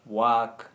work